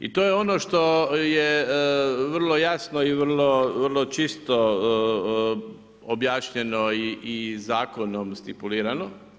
I to je ono što je vrlo jasno i vrlo čisto objašnjeno i zakonom stipulirano.